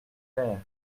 fère